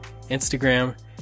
Instagram